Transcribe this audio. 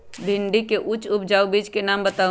भिंडी के उच्च उपजाऊ बीज के नाम बताऊ?